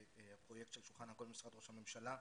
הפרויקט של שולחן עגול במשרד ראש הממשלה.